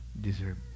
deserve